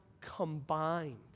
combined